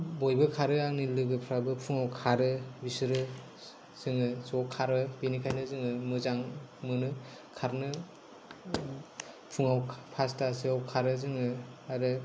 बयबो खारो आंनि लोगोफ्राबो फुङाव खारो बिसोरो जोङो ज' खारो बेनिखायनो जोङो मोजां मोनो खारनो फुङाव पासतासोआव खारो जोङो आरो